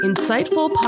Insightful